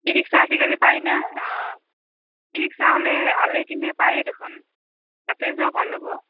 ই rickshaw আজিকালি পাই না অঁ ই ৰিক্সা ওলাই ওলাই কিনে পায়ে দেখোন তাতে যোৱা ভাল হ'ব